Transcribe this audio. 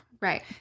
Right